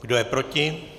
Kdo je proti?